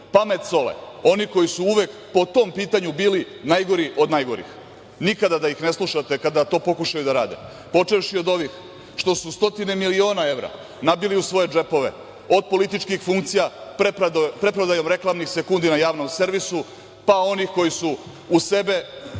pamet sole oni koji su uvek po tom pitanju bili najgori od najgorih. Nikada da ih ne slušate kada to pokušaju da rade, počevši od ovih što su stotine miliona evra nabili u svoje džepove, od političkih funkcija, preprodajom reklamnih sekundi na javnom servisu, pa onih koji su u sebe